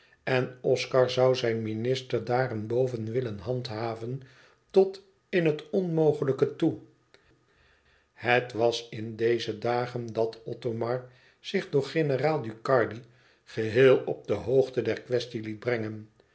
en oscar zoû zijn minister daarenboven willen handhaven tot in het onmogelijke toe het was in deze dagen dat othomar zich door generaal ducardi geheel op de hoogte der quaestie liet brengen